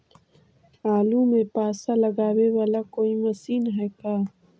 आलू मे पासा लगाबे बाला कोइ मशीन है का?